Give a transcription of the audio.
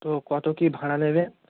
তো কত কী ভাড়া নেবেন